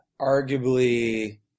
arguably